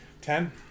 ten